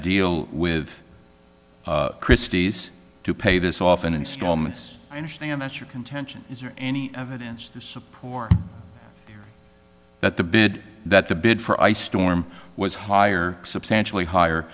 deal with christie's to pay this off in installments i understand that's your contention is there any evidence to support that the bid that the bid for ice storm was higher substantially higher